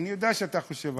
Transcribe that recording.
אני יודע שאתה חושב אחרת,